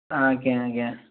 ଆଜ୍ଞା ଆଜ୍ଞା